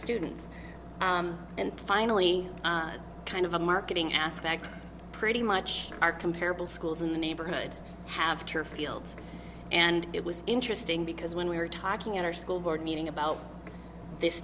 students and finally kind of a marketing aspect pretty much are comparable schools in the neighborhood i have her fields and it was interesting because when we were talking in our school board meeting about this